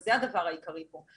וזה הדבר העיקרי פה.